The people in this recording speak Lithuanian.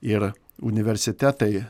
ir universitetai